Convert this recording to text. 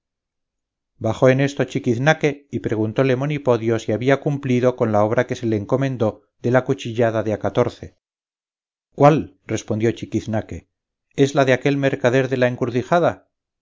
bajó en esto chiquiznaque y preguntóle monipodio si había cum plido con la obra que se le encomendó de la cuchillada de a catorce cuál respondió chiquiznaque es la de aquel mercader de la encrucijada